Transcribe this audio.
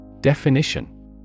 Definition